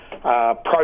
process